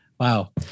Wow